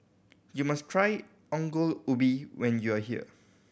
you must try Ongol Ubi when you are here